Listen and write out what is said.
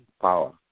power